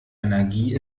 energie